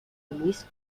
lluís